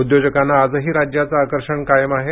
उद्योजकांना आजही राज्याचं आकर्षण कायम आहे